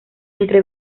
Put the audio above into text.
entre